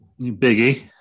Biggie